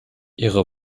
ihre